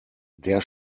der